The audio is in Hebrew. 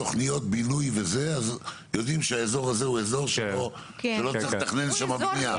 בתוכניות בינוי יודעים שבאזור הזה לא צריך לתכנן בנייה?